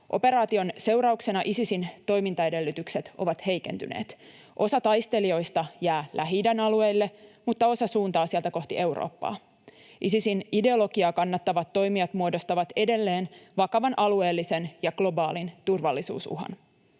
Operaation seurauksena Isisin toimintaedellytykset ovat heikentyneet. Osa taistelijoista jää Lähi-idän alueille, mutta osa suuntaa sieltä kohti Eurooppaa. Isisin ideologiaa kannattavat toimijat muodostavat edelleen vakavan alueellisen ja globaalin turvallisuus-uhan.